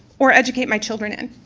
or educate my children in.